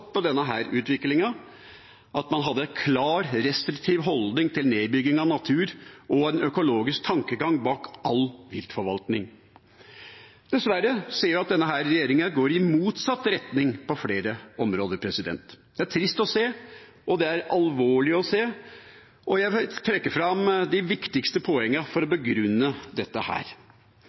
at man hadde en klar, restriktiv holdning til nedbygging av natur og en økologisk tankegang bak all viltforvaltning. Dessverre ser vi at denne regjeringa går i motsatt retning på flere områder. Det er trist å se, det er alvorlig å se, og jeg vil trekke fram de viktigste poengene for å begrunne dette.